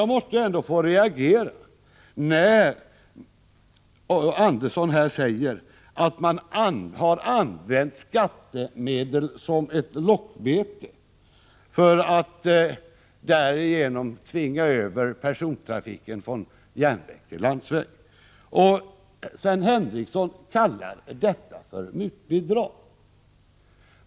Jag måste ändå få reagera när Gösta Andersson säger att man har använt skattemedel som ett lockbete för att därigenom tvinga över persontrafiken från järnväg till landsväg. Sven Henricsson kallar detta för mutbidrag.